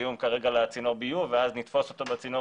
היא משהו שקל לכמת אותו וקל להרגיש וליישם אותו,